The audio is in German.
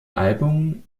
album